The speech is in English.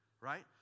right